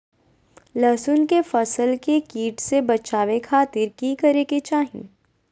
लहसुन के फसल के कीट से बचावे खातिर की करे के चाही?